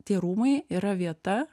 tie rūmai yra vieta